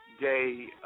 Day